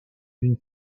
une